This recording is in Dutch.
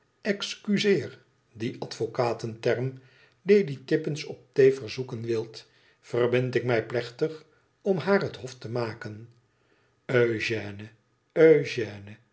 excuseer dien advocaten term lady tippins op thee verzoeken wilt verbind ik mij plechtig om haar het hof te maken eugène